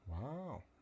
wow